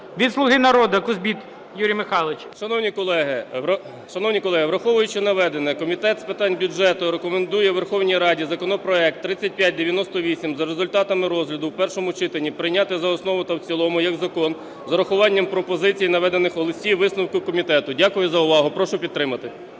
Від "Слуги народу" – Кузбіт Юрій Михайлович. 14:59:13 КУЗБИТ Ю.М. Шановні колеги, враховуючи наведене, Комітет з питань бюджету рекомендує Верховній Раді законопроект 3598 за результатами розгляду в першому читанні прийняти за основу та в цілому як закон з урахуванням пропозицій, наведених у листі висновку комітету. Дякую за увагу, прошу підтримати.